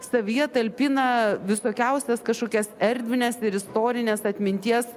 savyje talpina visokiausias kažkokias erdvines ir istorinės atminties